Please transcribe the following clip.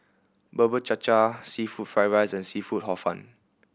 Bubur Cha Cha seafood fried rice and seafood Hor Fun